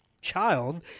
child